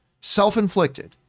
Self-inflicted